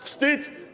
Wstyd.